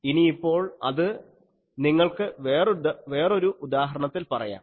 ഇനിയിപ്പോൾ അത് നിങ്ങൾക്ക് വേറൊരു ഉദാഹരണത്തിൽ പറയാം